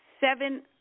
seven